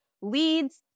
leads